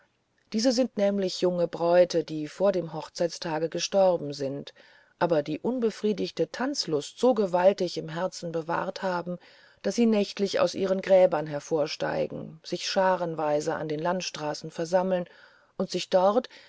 diese sind nämlich junge bräute die vor dem hochzeittage gestorben sind aber die unbefriedigte tanzlust so gewaltig im herzen bewahrt haben daß sie nächtlich aus ihren gräbern hervorsteigen sich scharenweis an den landstraßen versammeln und sich dort